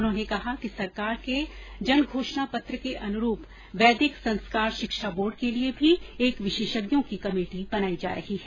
उन्होंने कहा कि सरकार के जन घोषणा पत्र के अनुरूप वैदिक संस्कार शिक्षा बोर्ड के लिए भी एक विशेषज्ञों की कमेटी बनाई जा रही है